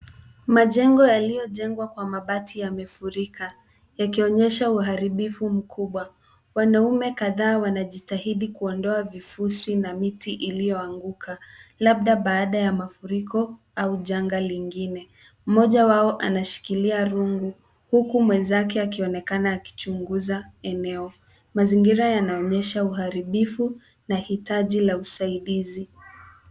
Majengo yaliyojengwa kwa mabati yamefurika yakionyesha uharibifu mkubwa. Wanaume kadhaa wanajitahidi kuondoa vifusi na miti iliyoanguka labda badaa ya mafuriko au janga lingine. Mmoja wao anashikilia rungu huku mwenzake akionekana akichunguza eneo. Mazingira yanaonyesha uharibifu na hitaji la usaidizi.